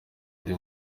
ndi